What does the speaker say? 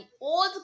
old